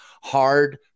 hard